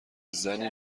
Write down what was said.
زنی